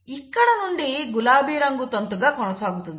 ఇక్కడ నుండి గులాబీ రంగు తంతుగా కొనసాగుతుంది